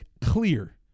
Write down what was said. clear